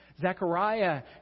Zechariah